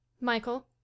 Michael